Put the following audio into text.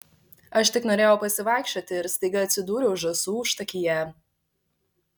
aš tik norėjau pasivaikščioti ir staiga atsidūriau žąsų užtakyje